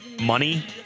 money